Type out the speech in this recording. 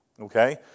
okay